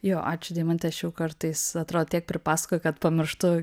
jo ačiū deimante aš jau kartais atrodo tiek pripasakoju kad pamirštu